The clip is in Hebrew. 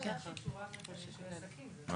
נציג היועץ משפטי של משרד הפנים: מה